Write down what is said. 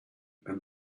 and